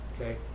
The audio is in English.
okay